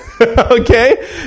Okay